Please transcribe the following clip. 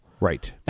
Right